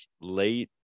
late